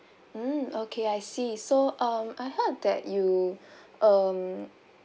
mm okay I see so um I heard that you um